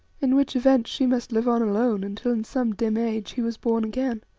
in which event she must live on alone until in some dim age he was born again.